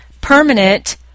permanent